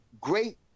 great